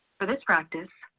for this practice,